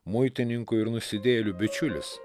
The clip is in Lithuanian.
muitininkų ir nusidėjėlių bičiulis